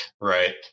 right